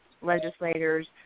legislators